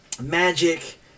magic